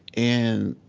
and,